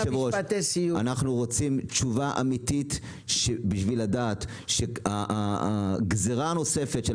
אנחנו רוצים תשובה אמיתית בשביל לדעת שהגזירה הנוספת על